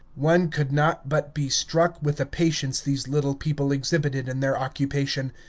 one could not but be struck with the patience these little people exhibited in their occupation,